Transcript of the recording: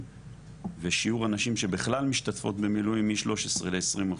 ושיעור הנשים שבכלל משתתפות במילואים מ-13 ל- 20 אחוז.